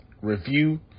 review